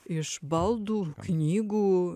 iš baldų knygų